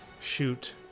shoot